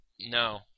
no